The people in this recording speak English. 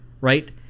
Right